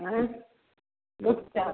रुपचन